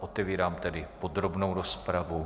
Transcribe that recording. Otevírám tedy podrobnou rozpravu.